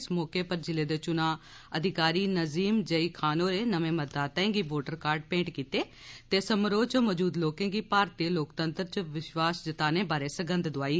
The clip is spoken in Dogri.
इस मौके पर जिले दे चुना अधिकारी नजीम जेई खान होरें नमें मतदाताएं गी वोटर कार्ड मेंट कीते ते समारोह च मौजूद लोकें गी भारती लोकतंत्र च विश्वास जताने बारै सगन्ध दोआई